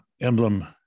emblem